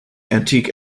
antique